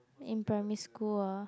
in primary school ah